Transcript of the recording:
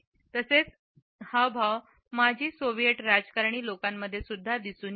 असेच हावभाव माजी सोव्हिएट राजकारणी लोकांमध्ये सुद्धा दिसून येईल